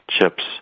chips